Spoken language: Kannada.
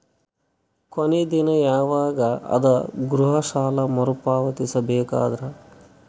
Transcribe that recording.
ಕೊನಿ ದಿನ ಯವಾಗ ಅದ ಗೃಹ ಸಾಲ ಮರು ಪಾವತಿಸಬೇಕಾದರ?